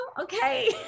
Okay